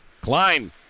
Klein